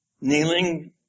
kneeling